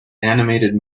animated